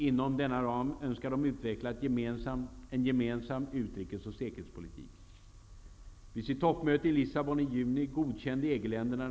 Inom denna ram önskar de utveckla en gemensam utrikes och säkerhetspolitik.